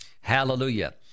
Hallelujah